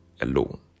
alone